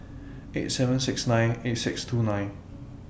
eight seven six nine eight six two nine